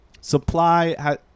Supply